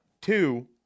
two